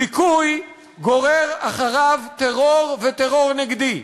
דיכוי גורר אחריו טרור וטרור נגדי,